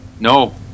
no